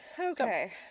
Okay